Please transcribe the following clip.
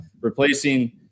replacing